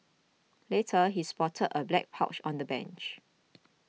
later he spotted a black pouch on the bench